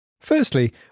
Firstly